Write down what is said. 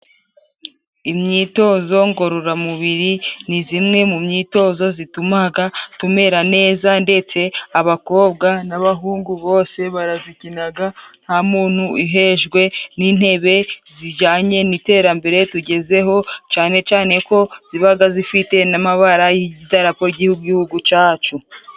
Imyitozo ngororamubiri ni zimwe mu myitozo zitumaga tumera neza, ndetse abakobwa n'abahungu bose barazikinaga nta muntu uhejwe, n'intebe zijyanye n'iterambere tugezeho cane cane ko zibaga zifite n'amabara y'idarapo cy'igihugu cacu.